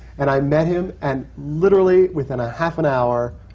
and i met him, and literally, within a half an hour,